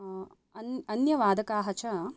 अन्यवादकाः च